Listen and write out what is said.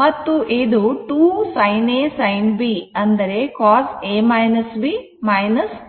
ಮತ್ತು ಇದು 2 sin A sin B ಅಂದರೆ cos A B